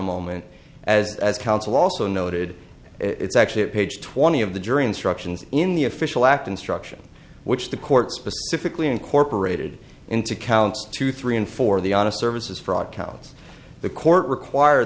counsel also noted it's actually a page twenty of the jury instructions in the official act instruction which the court specifically incorporated into counts two three and four the honest services fraud counts the court require